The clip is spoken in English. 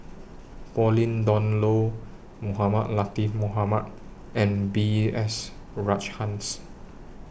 Pauline Dawn Loh Mohamed Latiff Mohamed and B S Rajhans